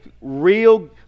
real